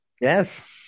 yes